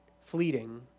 fleeting